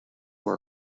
who